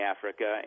Africa